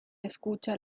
escucha